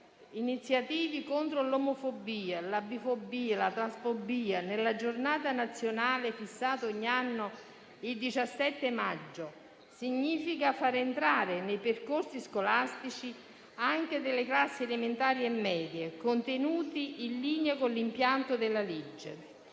iniziative contro l'omofobia, la bifobia e la transfobia nella giornata nazionale fissata ogni anno il 17 maggio significa far entrare nei percorsi scolastici anche delle classi elementari e medie contenuti in linea con l'impianto della legge,